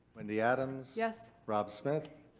wendy adams. yes. rob smith.